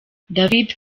david